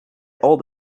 old